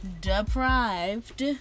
deprived